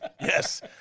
Yes